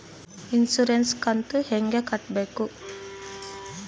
Insurance ಕಂತು ಹೆಂಗ ಕಟ್ಟಬೇಕು?